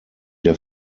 der